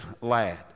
lad